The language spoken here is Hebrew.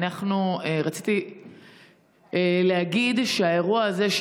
רציתי להגיד שהאירוע הזה,